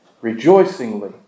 rejoicingly